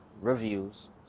reviews